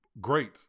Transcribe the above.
great